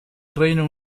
reino